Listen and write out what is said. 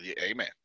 amen